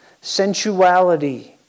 sensuality